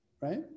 right